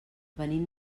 venim